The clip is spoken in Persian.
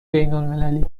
بینالمللی